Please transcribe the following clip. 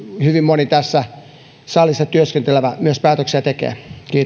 hyvin moni tässä salissa työskentelevä myös päätöksiä tekee